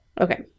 Okay